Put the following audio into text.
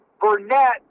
Burnett